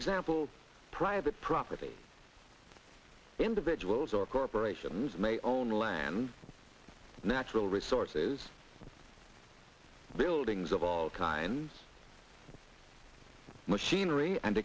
example private property individuals or corporations may own land natural resources buildings of all kinds of machinery and